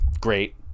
Great